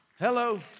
Hello